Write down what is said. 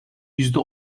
yüzde